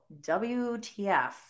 WTF